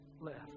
left